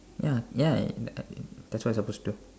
ya ya uh that's what you're supposed to